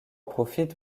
profitent